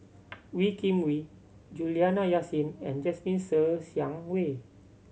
Wee Kim Wee Juliana Yasin and Jasmine Ser Xiang Wei